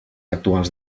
actuals